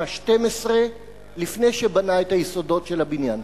ה-12 לפני שבנה את היסודות של הבניין,